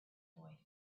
boy